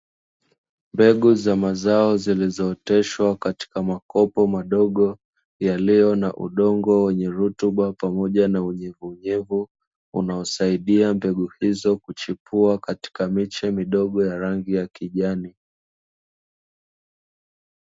Mbegu za mazao zilizooteshwa katika makopo madogo yaliyo na udongo wenye rutuba, pamoja na unyevunyevu unaosaidia mbegu hizo kuchipua katika miche midogo ya rangi ya kijani.